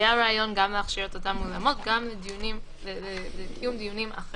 היה רעיון להכשיר את אותם אולמות גם לקיום דיונים אחרים.